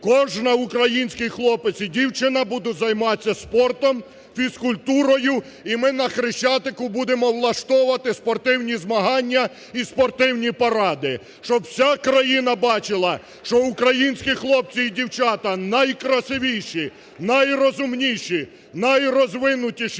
кожний український хлопець і дівчина будуть займатися спортом, фізкультурою, і ми на Хрещатику будемо влаштовувати спортивні змагання і спортивні паради. Щоб вся країна бачила, що українські хлопці і дівчата найкрасивіші, найрозумніші, найрозвинутіші,